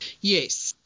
Yes